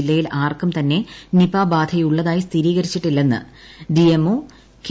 ജില്ലയിൽ ആർക്കും തന്നെ നിപ ബാധയുളളതായി സ്ഥിരീകരിച്ചിട്ടില്ലെന്ന് ഡി എം ഒ കെ